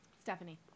Stephanie